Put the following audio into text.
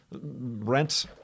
rent